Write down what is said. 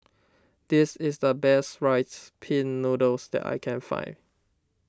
this is the best Rice Pin Noodles that I can find